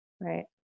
right